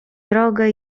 drogę